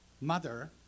mother